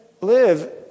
live